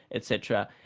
et cetera.